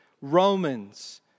Romans